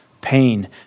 pain